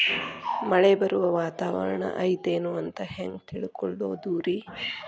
ಮಳೆ ಬರುವ ವಾತಾವರಣ ಐತೇನು ಅಂತ ಹೆಂಗ್ ತಿಳುಕೊಳ್ಳೋದು ರಿ?